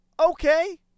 okay